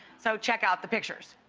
so check out the picture.